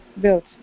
built